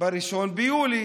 ב-1 ביולי,